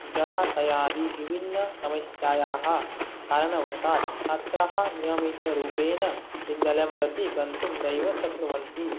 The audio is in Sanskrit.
जलाशयादि विभिन्नसमस्यायाः कारणवशात् छात्राः नियमितरूपेण विद्यालयं प्रति गन्तुं नैव शक्नुवन्ति